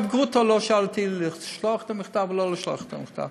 גרוטו לא שאל אותי אם לשלוח את המכתב או לא לשלוח את המכתב,